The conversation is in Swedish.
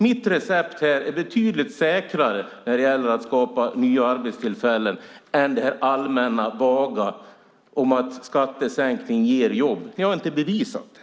Mitt recept är betydligt säkrare när det gäller att skapa nya arbetstillfällen än det allmänna vaga att skattesänkning ger jobb. Ni har inte bevisat det.